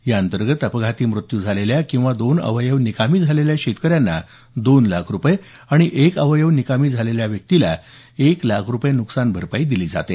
याअंतर्गत अपघाती मृत्यू झालेल्या किंवा दोन अवयव निकामी झालेल्या शेतकऱ्यांना दोन लाख रुपये आणि एक अवयव निकामी झालेल्या व्यक्तीला एक लाख रुपये नुकसान भरपाई दिली जाते